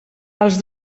els